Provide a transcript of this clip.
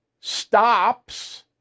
stops